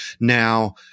Now